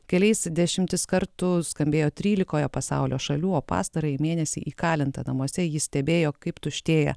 keliais dešimtis kartų skambėjo trylikoje pasaulio šalių o pastarąjį mėnesį įkalinta namuose ji stebėjo kaip tuštėja